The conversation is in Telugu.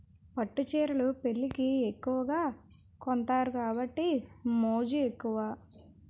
పట్టు చీరలు పెళ్లికి ఎక్కువగా కొంతారు కాబట్టి మోజు ఎక్కువ